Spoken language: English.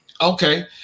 Okay